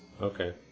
okay